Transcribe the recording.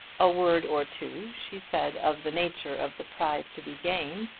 a word or two she said of the nature of the prize to be gained,